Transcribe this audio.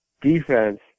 defense